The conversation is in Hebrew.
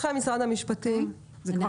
משרד המשפטים, זה מניח את דעתכם?